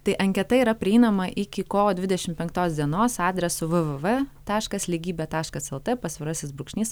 tai anketa yra prieinama iki kovo dvidešim penktos dienos adresu www taškas lygybė taškas lt pasvirasis brūkšnys